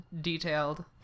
detailed